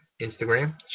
Instagram